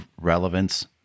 relevance